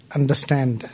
understand